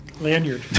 lanyard